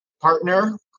partner